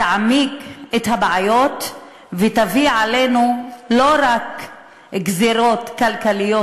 תעמיק את הבעיות ותביא עלינו לא רק גזירות כלכליות